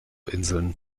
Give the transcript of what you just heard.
inseln